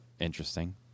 interesting